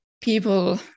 people